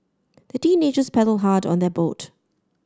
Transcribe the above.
the teenagers paddled hard on their boat